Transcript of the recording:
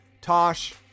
Tosh